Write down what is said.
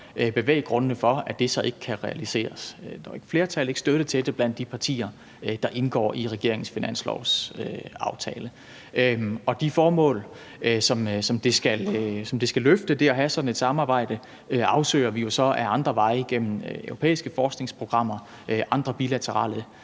bevæggrundene for, at det så ikke kunne realiseres – at et flertal ikke gav støtte til det blandt de partier, der indgår i regeringens finanslovsaftale. De formål, som det at have sådan et samarbejde skal løfte, afsøger vi så ad andre veje igennem europæiske forskningsprogrammer og andre bilaterale